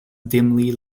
dimly